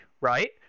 right